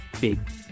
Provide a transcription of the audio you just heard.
big